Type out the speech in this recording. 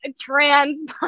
trans